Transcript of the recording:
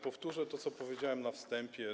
Powtórzę to, co powiedziałem na wstępie.